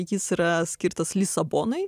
jis yra skirtas lisabonai